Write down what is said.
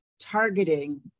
targeting